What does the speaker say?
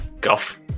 Guff